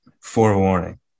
forewarning